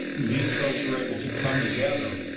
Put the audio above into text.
these folks were able to come together,